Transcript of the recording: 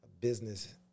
business